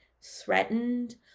threatened